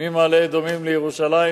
ממעלה-אדומים לירושלים,